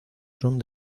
son